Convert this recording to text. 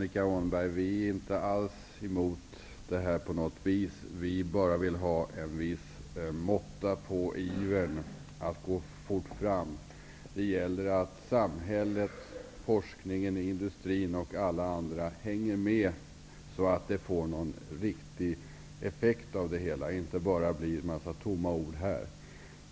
Herr talman! Vi är inte alls på något vis emot detta, Annika Åhnberg. Vi vill bara ha en viss måtta när det gäller att gå fort fram. Det gäller att samhället, forskningen, industrin och alla andra hänger med så att det blir någon riktig effekt av det hela och inte bara en massa tomma ord här i riksdagen.